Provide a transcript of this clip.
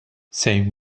same